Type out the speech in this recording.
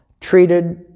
treated